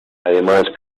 además